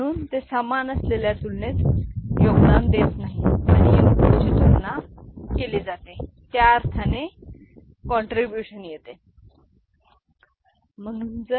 म्हणून ते समान असलेल्या तुलनेत योगदान देत नाही आणि इनपुटची तुलना केली जाते त्या अर्थाने योगदान देते आपल्याला समान माहित आहे